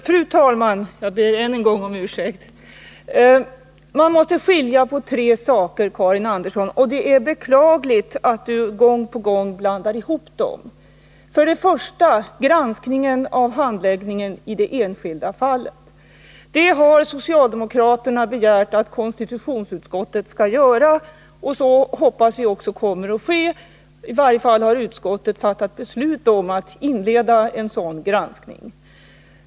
Fru talman! Man måste skilja på tre saker, Karin Andersson. Det är beklagligt att Karin Andersson gång på gång blandar ihop dem. För det första har vi granskningen av handläggningen i det enskilda fallet. Socialdemokraterna har begärt att konstitutionsutskottet skall göra en granskning, och vi hoppas att så kommer att ske — utskottet har i varje fall fattat beslut om att inleda en sådan granskning.